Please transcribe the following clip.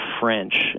French